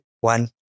one